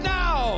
now